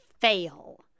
fail